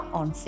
on